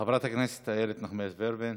חברת הכנסת איילת נחמיאס ורבין,